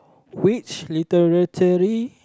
which literatury